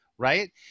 Right